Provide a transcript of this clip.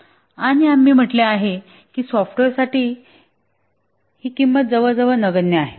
आणि आम्ही म्हटले आहे की सॉफ्टवेअरसाठी किंमत जवळजवळ नगण्य आहे